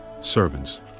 Servants